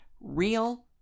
real